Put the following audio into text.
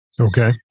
Okay